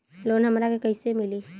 Loan हमरा के कईसे मिली?